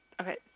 okay